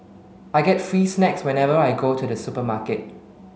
I get free snacks whenever I go to the supermarket